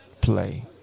play